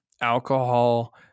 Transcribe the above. alcohol